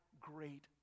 great